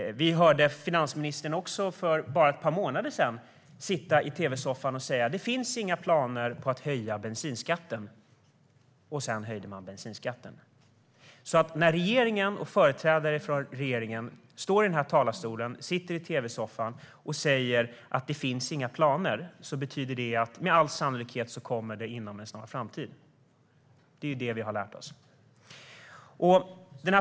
För bara ett par månader sedan hörde vi finansministern i en tv-soffa säga att det inte finns några planer på att höja bensinskatten. Sedan höjde man bensinskatten. När regeringen och företrädare för regeringspartierna står i riksdagens talarstol eller sitter i en tv-soffa och säger att det inte finns några planer betyder det med all sannolikhet att sådana presenteras inom en snar framtid. Det har vi lärt oss.